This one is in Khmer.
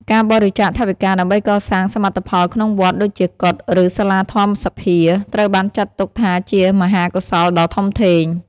ការបរិច្ចាគថវិកាដើម្បីកសាងសមិទ្ធផលក្នុងវត្ត ដូចជា កុដិ ឬសាលាធម្មសភា ត្រូវបានចាត់ទុកថាជាមហាកុសលដ៏ធំធេង។